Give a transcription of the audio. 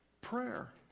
prayer